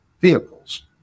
vehicles